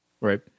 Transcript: Right